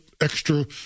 extra